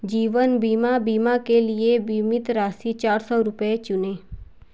जीवन बीमा बीमा के लिए बीमित राशि चार रुपये चुनें